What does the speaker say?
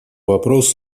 вопрос